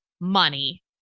money